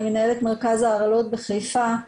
אני מנהלת את מרכז ההרעלות בחיפה.